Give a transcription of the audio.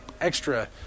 extra